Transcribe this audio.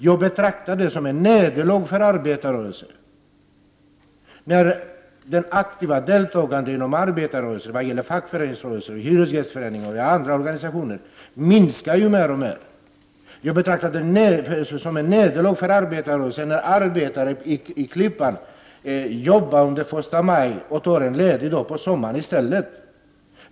Jag betraktar det som ett nederlag för arbetarrörelsen när det aktiva deltagandet inom arbetarrörelsen — i fackföreningsrörelsen, i hyresgäströrelsen och i andra organisationer — mer och mer minskar. Jag betraktar det som ett nederlag för arbetarrörelsen när arbetare i Klippan jobbar på första maj och tar en ledig dag på sommaren i stället.